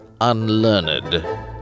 unlearned